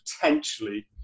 potentially